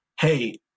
Hey